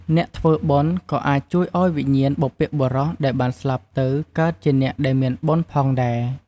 អ្នកធ្វើបុណ្យ ក៏អាចជួយឲ្យវិញ្ញាណបុព្វបុរសដែលបានស្លាប់ទៅកើតជាអ្នកដែលមានបុណ្យផងដែរ។